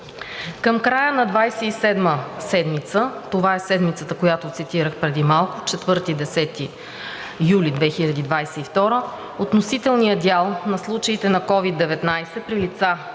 Към края на 27-ата седмица, това е седмицата, която цитирах преди малко, 4 – 10 юли 2022 г., относителният дял на случаите на COVID-19 при лица